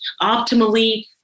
optimally